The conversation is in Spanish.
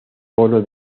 polo